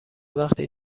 وقتی